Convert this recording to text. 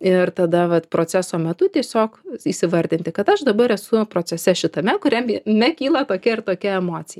ir tada vat proceso metu tiesiog įsivardinti kad aš dabar esu procese šitame kuriam vie nekyla tokia ir tokia emocija